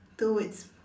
two words